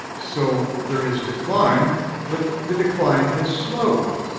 so there is decline but the decline has slowed.